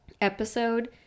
Episode